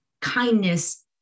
kindness